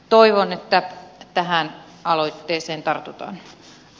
toivon että tähän aloitteeseen tartutaan